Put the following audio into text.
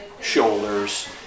shoulders